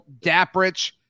Daprich